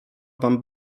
wam